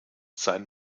sein